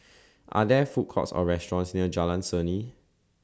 Are There Food Courts Or restaurants near Jalan Seni